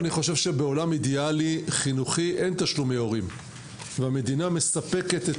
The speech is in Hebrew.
אני חושב שבעולם אידיאלי חינוכי אין תשלומי הורים והמדינה מספקת את